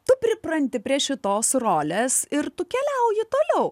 tu pripranti prie šitos rolės ir tu keliauji toliau